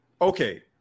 okay